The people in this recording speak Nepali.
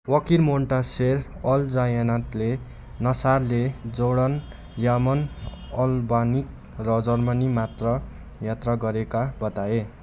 वकिल मोन्टासेर अलजायनतले नसारले जोर्डन यामन अल्बानिक र जर्मनी मात्र यात्रा गरेका बताए